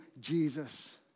Jesus